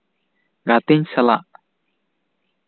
ᱜᱟᱛᱤᱧ ᱥᱟᱞᱟᱜ